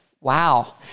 Wow